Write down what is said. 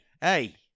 Hey